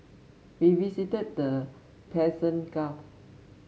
we visited the Persian Gulf